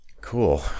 Cool